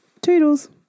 Toodles